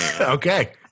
Okay